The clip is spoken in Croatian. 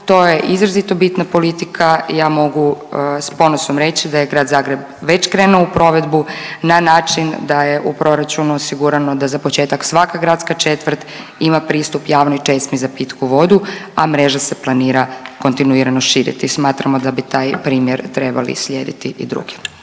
to je izrazito bitna politika i ja mogu s ponosom reći da je grad Zagreb već krenuo u provedbu na način da je u proračunu osigurano da za početak svaka gradska četvrt ima pristup javnoj česmi za pitku vodu, a mreža se planira kontinuirano širiti. Smatramo da bi taj primjer trebali slijediti i drugi.